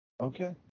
Okay